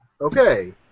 Okay